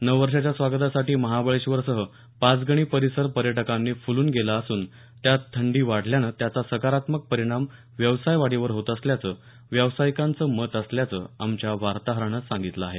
नववर्षाच्या स्वागतासाठी महाबळेश्वरसह पाचगणी परिसर पर्यटकांनी फुलून गेला असून त्यात थंडी वाढल्यानं त्याचा सकारात्मक परिणाम व्यवसायवाढीवर होत असल्याचं व्यावसायिकांचं मत असल्याचं आमच्या वार्ताहरानं सांगितल आहे